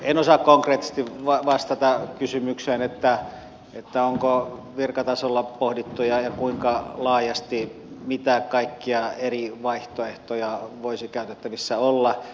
en osaa konkreettisesti vastata kysymykseen onko virkatasolla pohdittu ja kuinka laajasti mitä kaikkia eri vaihtoehtoja voisi käytettävissä olla